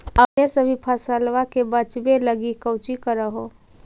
अपने सभी फसलबा के बच्बे लगी कौची कर हो?